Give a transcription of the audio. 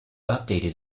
updated